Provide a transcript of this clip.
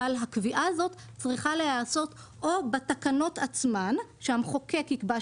אבל הקביעה הזאת צריכה להיעשות או בתקנות עצמן שהמחוקק יקבע.